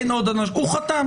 אין עוד אנשים בבית הוא חתם.